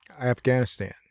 afghanistan